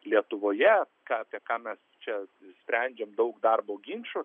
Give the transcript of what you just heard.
lietuvoje ką apie ką mes čia sprendžiam daug darbo ginčų